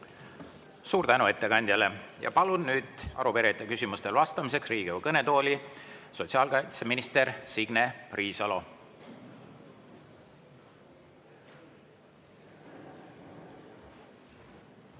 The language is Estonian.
Suur tänu ettekandjale! Palun nüüd arupärijate küsimustele vastamiseks Riigikogu kõnetooli sotsiaalkaitseminister Signe Riisalo.